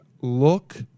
look